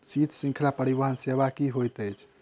शीत श्रृंखला परिवहन सेवा की होइत अछि?